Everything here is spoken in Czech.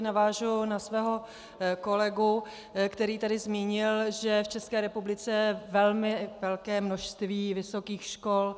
Navážu na svého kolegu, který tady zmínil, že v České republice je velmi velké množství vysokých škol.